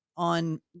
on